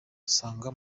asanga